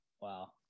Wow